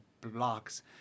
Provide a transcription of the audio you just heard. blocks